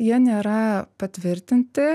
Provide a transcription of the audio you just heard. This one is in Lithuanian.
jie nėra patvirtinti